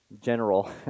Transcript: general